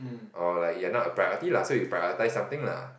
or like you are not a priority lah so you prioritize something lah